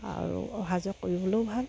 আৰু অহা যোৱা কৰিবলৈয়ো ভাল